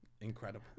Incredible